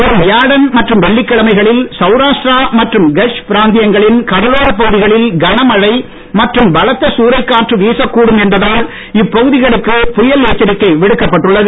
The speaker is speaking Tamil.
வரும் வியாழன் மற்றும் வெள்ளிக்கிழமைகளில் சௌராஷ்டிரா மற்றும் கட்ச் பிராந்தியங்களின் கடலோரப் பகுதிகளில் கனமழை மற்றும் பலத்த சூறைக்காற்று வீசக்கூடும் என்பதால் இப்பகுதிகளுக்கு புயல் எச்சரிக்கை விடுக்கப் பட்டுள்ளது